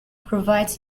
provides